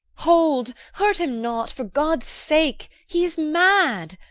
hold, hurt him not, for god's sake! he is mad.